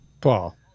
Paul